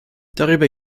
darüber